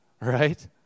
right